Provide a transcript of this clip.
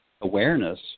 awareness